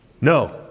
No